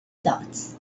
dots